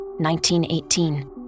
1918